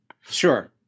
Sure